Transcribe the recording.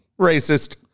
Racist